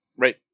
Right